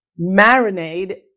marinade